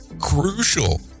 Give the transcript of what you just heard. crucial